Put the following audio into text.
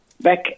Back